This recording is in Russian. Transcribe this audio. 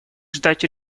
ждать